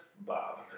Bob